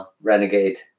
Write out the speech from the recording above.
renegade